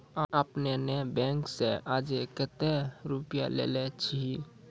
आपने ने बैंक से आजे कतो रुपिया लेने छियि?